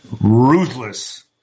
Ruthless